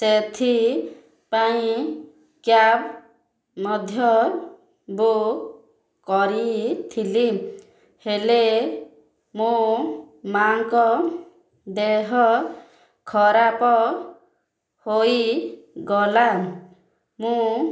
ସେଥି ପାଇଁ କ୍ୟାବ୍ ମଧ୍ୟ ବୁକ୍ କରିଥିଲି ହେଲେ ମୁଁ ମାଆଙ୍କ ଦେହ ଖରାପ ହୋଇଗଲା ମୁଁ